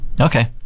Okay